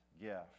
gift